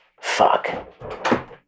Fuck